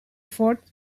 fort